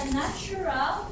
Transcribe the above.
natural